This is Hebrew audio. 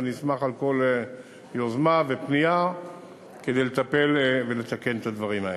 ואני אשמח על כל יוזמה ופנייה כדי לטפל ולתקן את הדברים האלה.